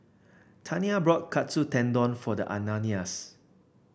Tania brought Katsu Tendon for the Ananias